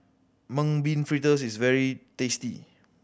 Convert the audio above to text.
Mung Bean Fritters is very tasty